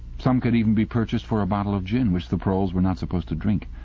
some could even be purchased for a bottle of gin, which the proles were not supposed to drink.